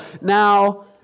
Now